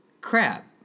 crap